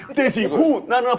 ninety nine